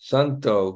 Santo